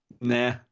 Nah